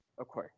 Okay